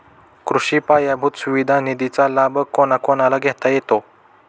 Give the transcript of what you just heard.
कृषी पायाभूत सुविधा निधीचा लाभ कोणाकोणाला घेता येतो?